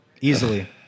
easily